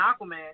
Aquaman